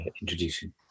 introducing